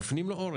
מפנים לו עורף,